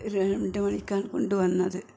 രണ്ടു മണിക്കാണ് കൊണ്ടുവന്നത്